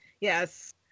Yes